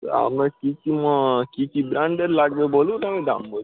তা আপনার কী কী ম কী কী ব্র্যান্ডের লাগবে বলুন আমি দাম বলছি